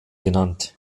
genannt